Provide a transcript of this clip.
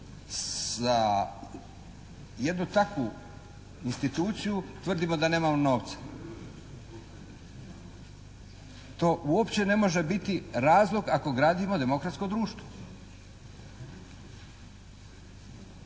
za jednu takvu instituciju tvrdimo da nemamo novca, to uopće ne može biti razlog ako gradimo demokratsko društvo.